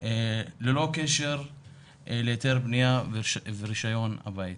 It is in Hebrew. ללא קשר להיתר בנייה ורישיון הבית.